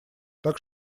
так